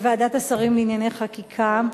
לוועדת השרים לענייני חקיקה,